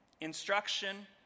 Instruction